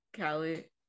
Callie